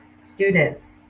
students